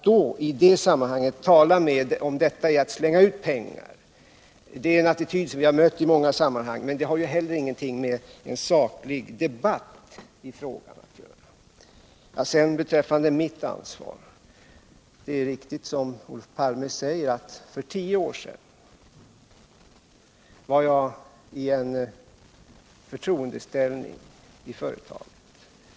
Talet om att detta är att slänga ut pengar är en attityd som jag har mött i många sammanhang, men det har heller ingenting med en saklig debatt i den här frågan att göra. Beträffande mitt ansvar är det riktigt, som Olof Palme säger, att för tio år sedan var jag i en förtroendeställning i företaget.